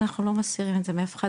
אנחנו לא מסתירים מאף אחד,